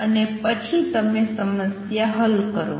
અને પછી તમે સમસ્યા હલ કરો